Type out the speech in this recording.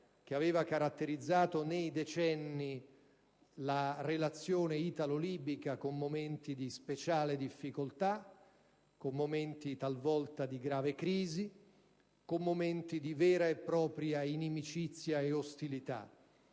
che aveva caratterizzato nei decenni la relazione italo-libica, con momenti di speciale difficoltà, con momenti talvolta di grave crisi, con momenti di vera e propria inimicizia e ostilità.